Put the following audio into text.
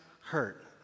hurt